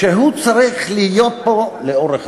רק,